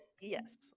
yes